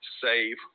save